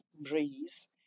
breeze